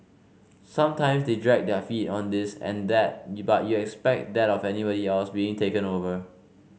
sometimes they dragged their feet on this and that but you expect that of anybody else being taken over